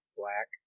black